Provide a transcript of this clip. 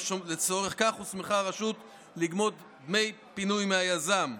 לצורך זה הוסמכה הרשות לגבות דמי פינוי מהיזם.